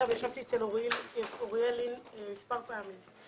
ישבתי אצל אוריאל לין מספר פעמים.